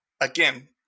again